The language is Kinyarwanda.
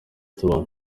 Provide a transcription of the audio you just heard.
tubamo